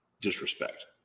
disrespect